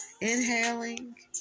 Inhaling